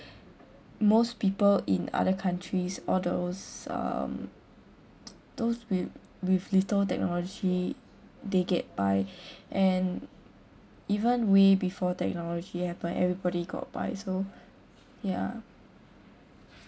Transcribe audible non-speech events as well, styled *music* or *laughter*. most people in other countries all those um those with with little technology they get by *breath* and even way before technology happened everybody got by so ya